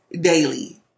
daily